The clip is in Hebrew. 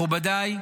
מכובדיי,